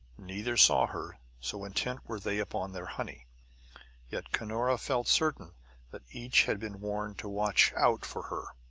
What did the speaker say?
neither saw her, so intent were they upon their honey yet cunora felt certain that each had been warned to watch out for her.